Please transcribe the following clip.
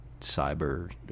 Cyber